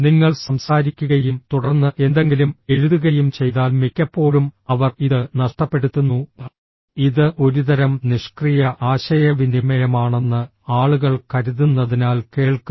നിങ്ങൾ സംസാരിക്കുകയും തുടർന്ന് എന്തെങ്കിലും എഴുതുകയും ചെയ്താൽ മിക്കപ്പോഴും അവർ ഇത് നഷ്ടപ്പെടുത്തുന്നു ഇത് ഒരുതരം നിഷ്ക്രിയ ആശയവിനിമയമാണെന്ന് ആളുകൾ കരുതുന്നതിനാൽ കേൾക്കുന്നു